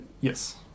yes